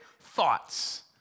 thoughts